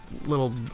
little